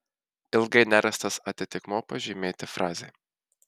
ilgai nerastas atitikmuo pažymėti frazei